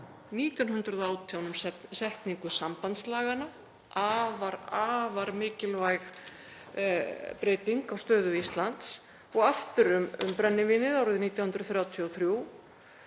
1918 um setningu sambandslaganna, afar mikilvæg breyting á stöðu Íslands, og aftur um brennivínið árið 1933